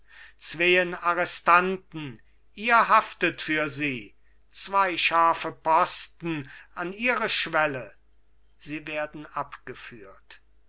zween arrestanten ihr haftet für sie zwei scharfe posten an ihre schwelle sie werden abgeführt